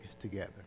together